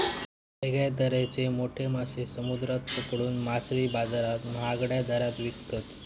वेगळ्या तरेचे मोठे मासे समुद्रात पकडून मासळी बाजारात महागड्या दराने विकतत